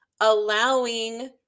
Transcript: allowing